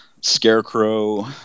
scarecrow